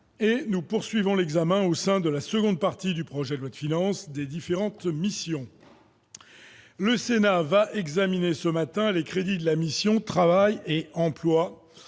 Nous poursuivons l'examen, au sein de la seconde partie du projet de loi de finances, des différentes missions. Le Sénat va examiner les crédits de la mission « Travail et emploi